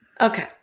Okay